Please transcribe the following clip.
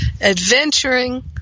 adventuring